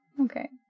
okay